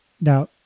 Now